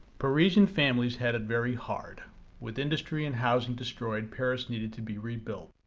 parisian families had it very hard with industry and housing destroyed paris needed to be rebuilt.